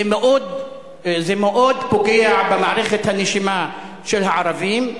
זה מאוד פוגע במערכת הנשימה של הערבים.